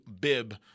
bib